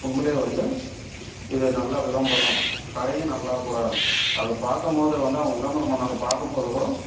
உண்மையில் வந்து இது ஒரு நல்ல விளம்பரம் கடையும் நல்லாக்கூட அதை பார்க்கும் போது வந்து அவங்க விளம்பரம் பண்ணதை பார்க்கும் போதுக்கூட